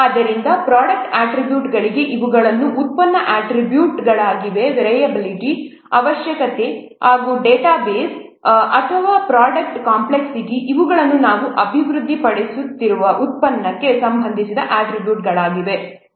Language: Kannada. ಆದ್ದರಿಂದ ಪ್ರೊಡಕ್ಟ್ ಅಟ್ರಿಬ್ಯೂಟ್ಗಳಿಗೆ ಇವುಗಳು ಉತ್ಪನ್ನ ಅಟ್ರಿಬ್ಯೂಟ್ಳಾಗಿವೆವಿರಿಲೈಯಬಿಲಿಟಿಯ ಅವಶ್ಯಕತೆ ಡೇಟಾಬೇಸ್ ಗಾತ್ರ ಪ್ರೊಡಕ್ಟ್ ಕಾಂಪ್ಲೆಕ್ಸಿಟಿ ಇವುಗಳು ನಾವು ಅಭಿವೃದ್ಧಿಪಡಿಸುತ್ತಿರುವ ಉತ್ಪನ್ನಕ್ಕೆ ಸಂಬಂಧಿಸಿದ ಅಟ್ರಿಬ್ಯೂಟ್ಗಳಾಗಿವೆ